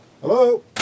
Hello